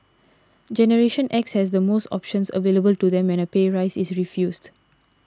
generation X has the most options available to them when a pay rise is refused